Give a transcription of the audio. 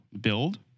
build